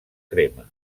crema